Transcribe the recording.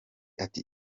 ati